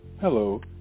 Hello